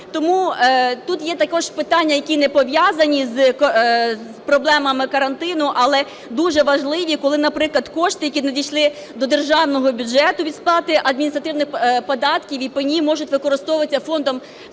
Тому тут є також питання, які не пов'язані з проблемами карантину, але дуже важливі, коли, наприклад, кошти, які надійшли до Державного бюджету від сплати адміністративних податків і пені, можуть використовуватися Фондом соціального